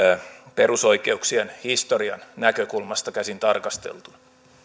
perusoikeuksien historian näkökulmasta käsin tarkasteltuna